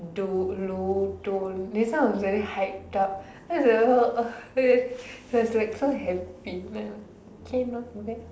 do low tone this one was very hyped up then I was like so happy k lah